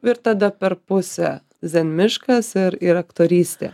ir tada per pusę zen miškas ir ir aktorystė